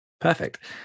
perfect